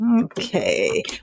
okay